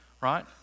Right